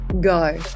go